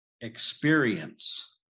experience